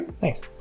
Thanks